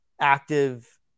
active